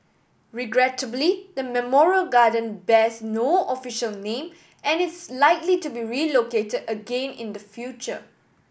regrettably the memorial garden bears no official name and is likely to be relocated again in the future